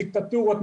דיקטטורות,